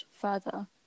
further